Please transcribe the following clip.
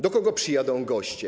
Do kogo przyjadą goście?